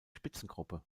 spitzengruppe